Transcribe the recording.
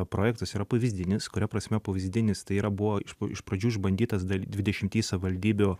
projektas yra pavyzdinis kuria prasme pavyzdinis tai yra buvo iš iš pradžių išbandytas dal dvidešimty savivaldybių